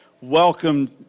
welcome